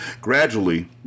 Gradually